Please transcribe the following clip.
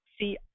see